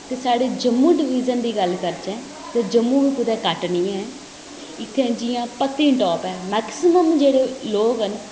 ते साढ़े जम्मू डिवीज़न दी गल्ल करचै ते जम्मू बी कुदै घट्ट निं ऐ इत्थें जि'यां पत्नीटॉप ऐ मैक्सिमम जेह्डे़ लोक न